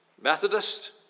Methodist